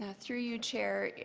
yeah through you, chair,